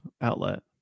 outlet